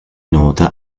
nota